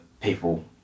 people